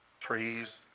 trees